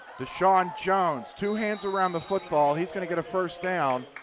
deshawn jones, two hands around the football. he's going to get a first down.